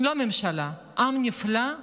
לא הממשלה, עם נפלא,